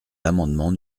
l’amendement